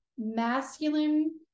Masculine